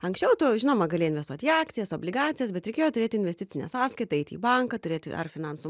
anksčiau tu žinoma gali investuot į akcijas obligacijas bet reikėjo turėti investicinę sąskaitą eiti į banką turėti ar finansų